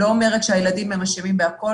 אני לא אומרת שהילדים אשמים בכול.